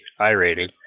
iRating